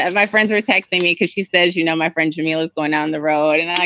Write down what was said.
and my friends were texting me because she says, you know, my friend jamal is going down the road. and i,